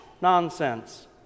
Nonsense